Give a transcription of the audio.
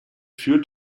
führt